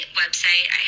website